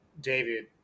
David